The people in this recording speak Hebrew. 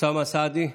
אוסאמה סעדי,